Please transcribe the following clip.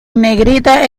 negrita